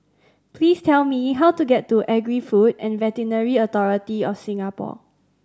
please tell me how to get to Agri Food and Veterinary Authority of Singapore